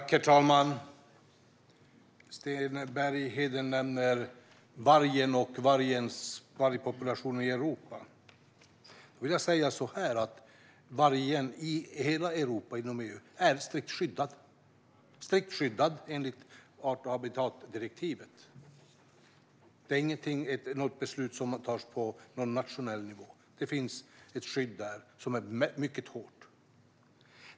Herr talman! Sten Bergheden nämner vargen och vargpopulationen i Europa. Vargen är strikt skyddad inom EU enligt art och habitatdirektivet. Det är ingenting som man kan ta beslut om på nationell nivå. Det finns ett skydd som är mycket hårt.